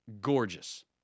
Gorgeous